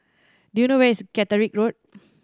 do you know where is Caterick Road